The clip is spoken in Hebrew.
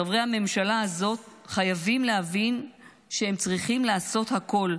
חברי הממשלה הזאת חייבים להבין שהם צריכים לעשות הכול,